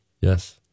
Yes